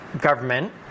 government